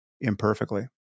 imperfectly